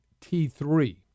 T3